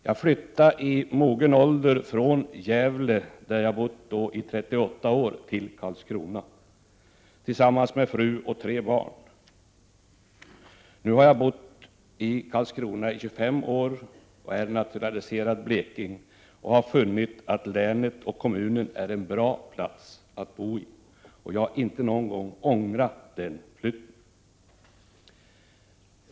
Jag flyttade i mogen ålder från Gävle, där jag bott i 38 år, till Karlskrona tillsammans med fru och tre barn. Nu har jag bott i Karlskrona i 25 år och är naturaliserad bleking. Jag har funnit att länet och kommunen är bra att bo, och jag har inte någon gång ångrat den flyttningen.